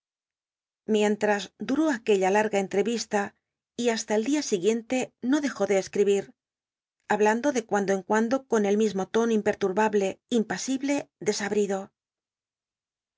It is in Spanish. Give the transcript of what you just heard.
ras thuil aquella laq a enllc isla y ha la c l dia siguiente no dejó de esciibir hablando de ruando en cuando con el mismo tono imperturbable impasible desabrido